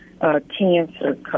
cancer